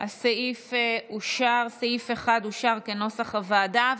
סעיף 1 אושר כנוסח הוועדה.